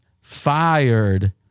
fired